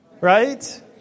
Right